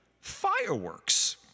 fireworks